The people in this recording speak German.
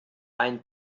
ein